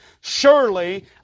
Surely